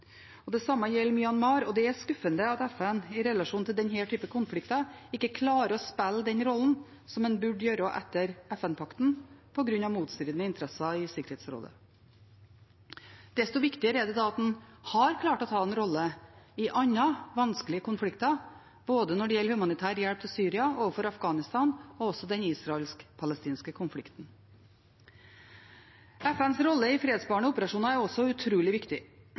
Det samme gjelder Myanmar. Det er skuffende at FN i relasjon til denne typen konflikter ikke klarer å spille den rollen som en burde gjøre etter FN-pakten, på grunn av motstridende interesser i Sikkerhetsrådet. Desto viktigere er det at en har klart å ta en rolle i andre vanskelige konflikter, både når det gjelder humanitær hjelp til Syria, overfor Afghanistan og også når det gjelder den israelsk-palestinske konflikten. FNs rolle i fredsbevarende operasjoner er også utrolig viktig.